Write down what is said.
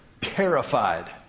terrified